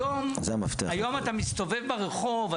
היום אתה מסתובב ברחוב,